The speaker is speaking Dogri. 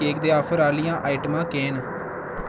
केक दे ऑफर आह्लियां आइटमां केह् न